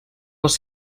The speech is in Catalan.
les